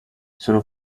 sono